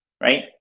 Right